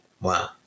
Wow